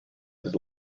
his